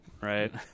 right